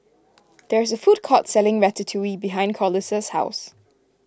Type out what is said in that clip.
there is a food court selling Ratatouille behind Corliss' house